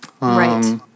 Right